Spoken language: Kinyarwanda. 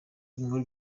inkuru